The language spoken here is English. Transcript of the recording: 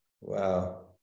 Wow